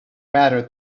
matter